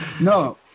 No